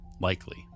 Likely